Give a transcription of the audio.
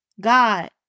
God